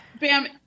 Bam